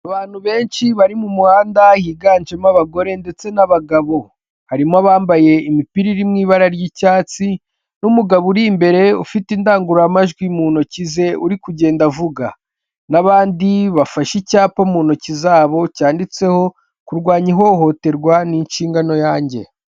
Abantu benshi bari mu muhanda higanjemo abagore ndetse n'abagabo. Harimo abambaye imipira irimo ibara ry'icyatsi n'umugabo uri imbere ufite indangururamajwi mu ntoki ze uri kugenda avuga. N'abandi bafashe icyapa mu ntoki zabo cyanditseho kurwanya ihohoterwa ni inshingano yanjye.